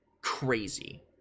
crazy